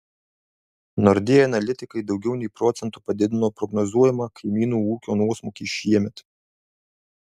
nordea analitikai daugiau nei procentu padidino prognozuojamą kaimynų ūkio nuosmukį šiemet